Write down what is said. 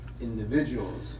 individuals